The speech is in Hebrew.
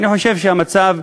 אני חושב שהמצב,